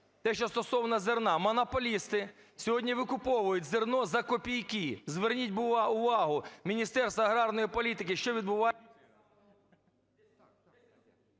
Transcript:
Те, що стосовно зерна. Монополісти сьогодні викуповують зерно за копійки. Зверніть увагу, Міністерство аграрної політики, що відбувається…